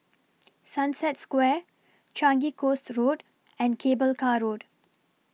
Sunset Square Changi Coast Road and Cable Car Road